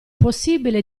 possibile